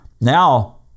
Now